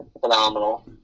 Phenomenal